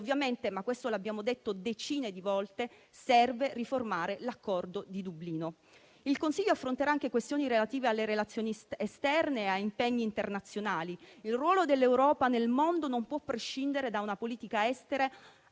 ovviamente - ma questo l'abbiamo detto decine di volte - serve riformare l'accordo di Dublino. Il Consiglio affronterà anche questioni relative alle relazioni esterne e a impegni internazionali. Il ruolo dell'Europa nel mondo non può prescindere da una politica estera